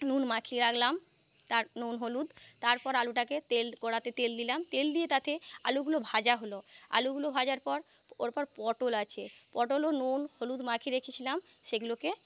নুন মাখিয়ে রাখলাম তার নুন হলুদ তারপর আলুটাকে তেল কড়াতে তেল দিলাম তেল দিয়ে তাতে আলুগুলো ভাজা হল আলুগুলো ভাজার পর ওরপর পটল আছে পটলও নুন হলুদ মাখিয়ে রেখেছিলাম সেগুলোকে